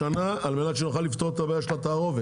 לשנה, על מנת שנוכל לפתור את הבעיה של התערובת.